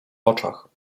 oczach